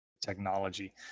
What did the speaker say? Technology